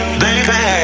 baby